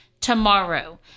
tomorrow